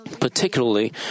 particularly